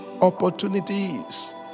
opportunities